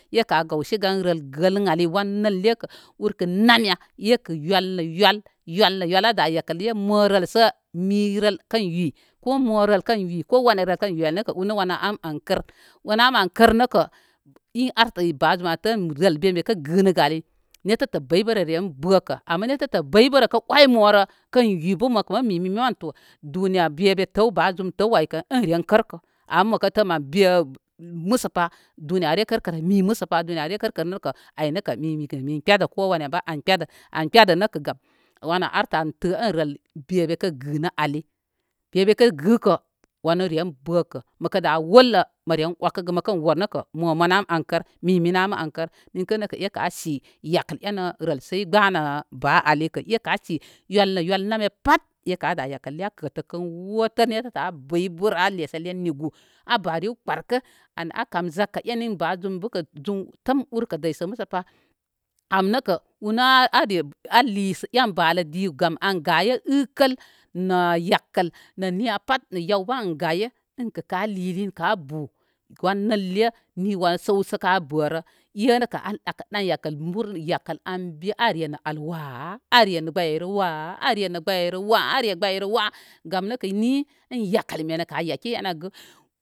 Ekə an gawsɨ gan rəl gəl ŋ ali wan nəl lekə ur kə nam ya é kə wəl nə wəl, wəl nə wəl a da yakə re mo rələsə mi rəl kən yu, ko mo rəl kən yu, ko wanə rəl kən yu an nə kə ur nə wanə an an kər. Wanə am an kər nəkə ɨn artə bazum antə in bekə gənəgə ay nettətə bəy bərə ren bəkə. Ama nettə tə bəy bərə kə oymə rə kən yi bə mokə mə mi min mən tó duniya be be təw ba zum təw aykə in re kərkə. Ama məkə tə mən be masəpá duniya áré kər kərə, mi məsəpa duniya áré kərkərə nəkə ay nəkə mi mikə min kpedə, kowana bə an kpedə. An kpedənə kə gam wan an artə tə ŋ bé bekə gənə ali, be bekə gəkə wanə re bəkə. Məkə da wəllə mə rén wakə gə, məkən wər nə kə mo mən am an kər, miminə am an kər. ninkənə ke ékə asi yakəl énə rəlsə ɨ gbanə ba ali kə, ekə a si wəl nə wəl nam ya pat ékə a dá yakəl a kətə wu tən netə tə a bəy bərə. A lesə len nigu a bá rew kpar kə an akam zakka eni ba zum bə kə zum təm ur kə dəy sə musəpá kan nəkə urnə are a lisə em balə di gam an gaye əkəl nə yakəl nə niya pat nə yaw bə an gaye ənkə a li lin ka a bo wən nəlle ni wan səw sə ka bərə. é nəkə a ɗakə ɗan yakəl burlə, yakəl an bé al waa, áré nə gbəi ai rə waa, are gbəi ai rə waa gam nəkə ni? In yakəl menə kə an yake.